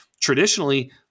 traditionally